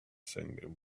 singing